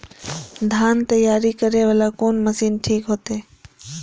धान तैयारी करे वाला कोन मशीन ठीक होते?